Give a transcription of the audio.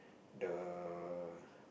the